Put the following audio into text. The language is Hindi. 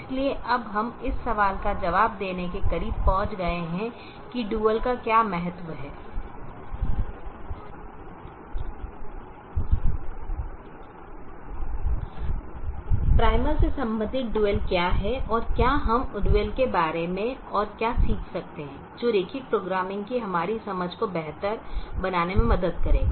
इसलिए अब हम इस सवाल का जवाब देने के करीब पहुंच गए हैं कि डुअल का क्या महत्व है प्राइमल से संबंधित डुअल क्या है और क्या हम डुअल के बारे में और क्या सीख सकते हैं जो रैखिक प्रोग्रामिंग की हमारी समझ को बेहतर बनाने में मदद करेगा